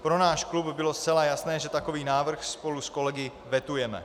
Pro náš klub bylo zcela jasné, že takový návrh spolu s kolegy vetujeme.